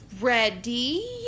ready